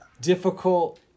difficult